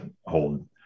hold